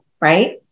right